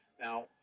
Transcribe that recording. Now